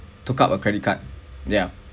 took up a credit card yeah